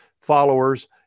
followers